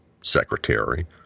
secretary